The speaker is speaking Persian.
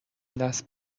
دست